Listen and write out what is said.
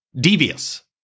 Devious